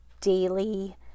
daily